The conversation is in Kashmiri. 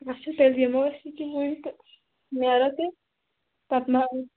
اچھا تیٚلہِ یِمو أسۍ ییٚکیا وُنۍ تہٕ نیرو تیٚلہِ پَتہٕ مہ